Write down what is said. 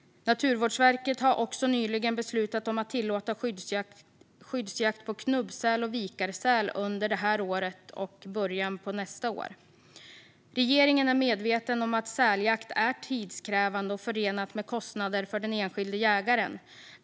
Naturvårdsverket har nyligen beslutat om att tillåta skyddsjakt på knubbsäl och vikarsäl under detta år och början på nästa år. Regeringen är medveten om att säljakt är tidskrävande och förenat med kostnader för den enskilde jägaren.